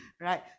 right